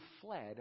fled